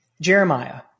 Jeremiah